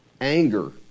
anger